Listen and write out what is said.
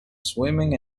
swimming